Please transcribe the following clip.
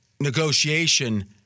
negotiation